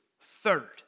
Third